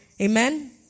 amen